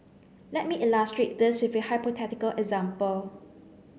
let me illustrate this with a hypothetical example